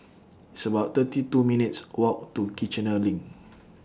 It's about thirty two minutes' Walk to Kiichener LINK